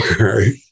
Okay